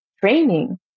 training